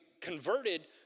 converted